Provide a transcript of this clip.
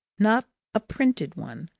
not a printed one,